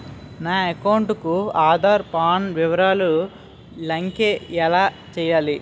నా అకౌంట్ కు ఆధార్, పాన్ వివరాలు లంకె ఎలా చేయాలి?